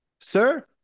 sir